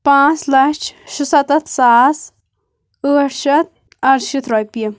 پانٛژھ لَچھ شُستتھ ساس ٲٹھ شیٚتھ اَرٕشيتھ رۄپیہِ